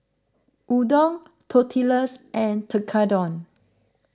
Udon Tortillas and Tekkadon